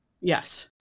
Yes